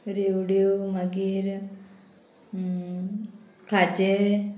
रेवड्यो मागीर खाजें